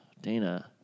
Dana